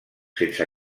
sense